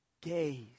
Gaze